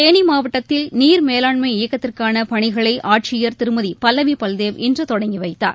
தேனி மாவட்டத்தில் நீர் மேலாண்மை இயக்கத்திற்கான பணிகளை ஆட்சியர் திருமதி பல்லவி பல்தேவ் இன்று தொடங்கி வைத்தார்